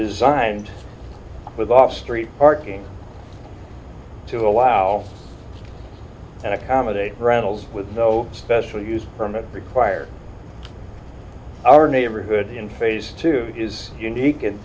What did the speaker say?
designed with off street parking to allow and accommodate rentals with no special use permit required our neighborhood in phase two is unique and